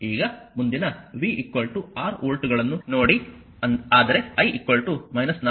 ಈಗ ಮುಂದಿನ v 6 ವೋಲ್ಟ್ಗಳನ್ನು ನೋಡಿ ಆದರೆ i 4 ಆಂಪಿಯರ್